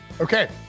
Okay